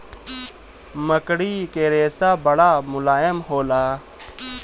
मकड़ी के रेशा बड़ा मुलायम होला